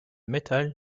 metal